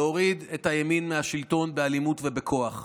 להוריד את הימין מהשלטון באלימות ובכוח.